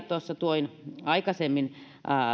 tuossa toin aikaisemmin esiin